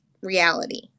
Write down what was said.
reality